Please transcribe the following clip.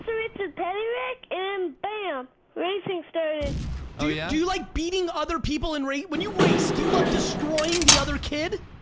richard petty race and bam, racing started. ah yeah do you like beating other people in race, when you race, do you love destroying the other kid?